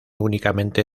únicamente